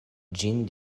ĝin